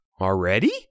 Already